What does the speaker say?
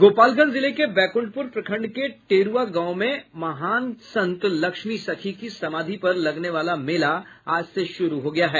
गोपालगंज जिले के बैकुंडपुर प्रखंड के टेरूआ गांव में महान संत लक्ष्मी सखी की समाधि पर लगने वाला मेला आज से शुरू हो गया है